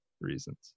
reasons